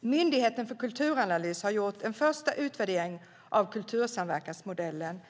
Myndigheten för kulturanalys har gjort en första utvärdering av kultursamverkansmodellen.